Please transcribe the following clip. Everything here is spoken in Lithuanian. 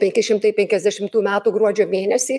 penki šimtai penkiasdešimtų metų gruodžio mėnesį